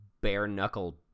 bare-knuckle